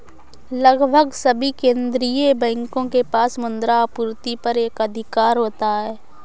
लगभग सभी केंदीय बैंकों के पास मुद्रा आपूर्ति पर एकाधिकार होता है